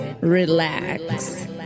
relax